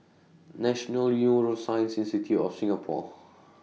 National Neuroscience Institute of Singapore